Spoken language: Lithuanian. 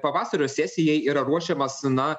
pavasario sesijai yra ruošiamas na